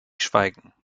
schweigen